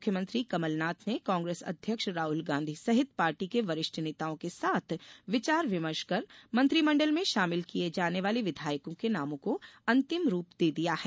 मुख्यमंत्री कमलनाथ ने कांग्रेस अध्यक्ष राहुल गांधी सहित पार्टी के वरिष्ठ नेताओं के साथ विचार विमर्श कर मंत्रिमंडल में शामिल किये जाने वाले विधायकों के नामों को अंतिम रूप दे दिया है